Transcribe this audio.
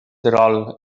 terol